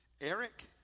Eric